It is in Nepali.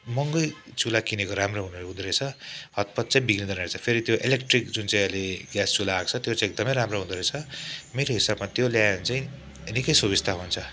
महँगै चुल्हा किनेको राम्रो हुने हुँदोरहेछ हतपत चाहिँ बिग्रिँदैन रहेछ फेरि त्यो इलेक्ट्रिक जुन चाहिँ अहिले ग्यास चुल्हा आएको छ त्यो चाहिँ एकदमै राम्रो हुँदोरहेछ मेरो हिसाबमा त्यो ल्यायो भने चाहिँ निकै सुविस्ता हुन्छ